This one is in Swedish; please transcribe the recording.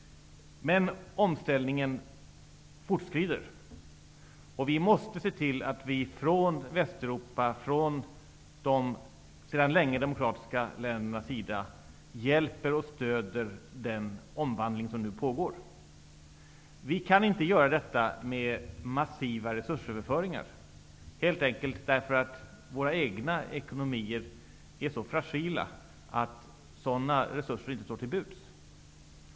Men omställningen fortskrider. Vi måste se till att vi från Västeuropa och från de sedan länge demokratiska ländernas sida hjälper och stöder den omvandling som nu pågår. Vi kan inte göra detta med massiva resursöverföringar, helt enkelt därför att våra egna ekonomier är så fragila att sådana resurser inte står till buds.